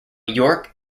york